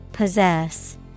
Possess